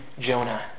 Jonah